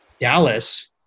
Dallas